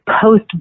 post